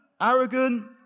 arrogant